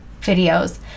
videos